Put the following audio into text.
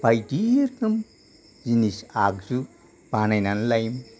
बायदि रोखोम जिनिस आगजु बानायनानै लायोमोन